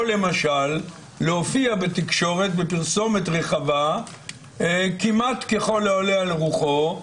או למשל להופיע בתקשורת בפרסומת רחבה כמעט ככל העולה על רוחו.